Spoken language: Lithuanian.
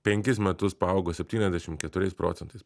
penkis metus paaugo septyniasdešim keturiais procentais